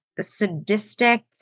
Sadistic